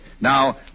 Now